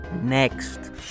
Next